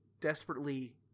desperately